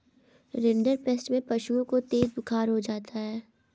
rinderpest में पशुओं को तेज बुखार हो जाता है